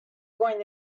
going